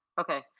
okay